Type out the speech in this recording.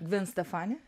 gven stefani